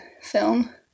film